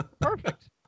Perfect